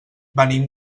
venim